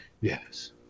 yes